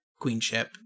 queenship